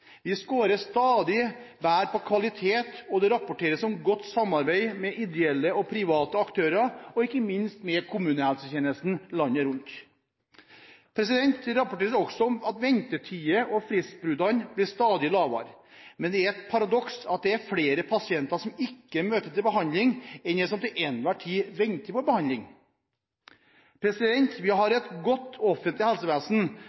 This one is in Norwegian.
Vi scorer stadig bedre på kvalitet, og det rapporteres om godt samarbeid med ideelle og private aktører og ikke minst med kommunehelsetjenesten landet rundt. Det rapporteres også om at ventetiden og fristbruddene blir stadig lavere, men det er et paradoks at det er flere pasienter som ikke møter til behandling, enn det er pasienter som til enhver tid venter på behandling. Vi har